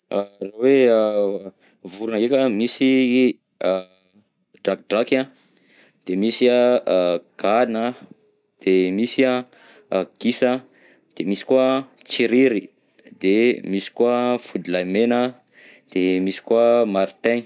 Raha hoe a, vorogna ndreka misy an drakidraky an, de misy an gana an, de misy an a gisa an, de misy koa tsiriry, de misy koa fodilahimena, de misy koa martin.